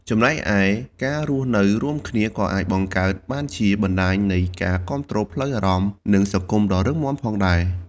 ចំណែកឯ ការរស់នៅរួមគ្នា ក៏អាចបង្កើតបានជាបណ្តាញនៃការគាំទ្រផ្លូវអារម្មណ៍ និងសង្គមដ៏រឹងមាំផងដែរ។